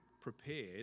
prepared